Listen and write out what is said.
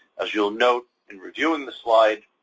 as you'll note in reviewing the slide,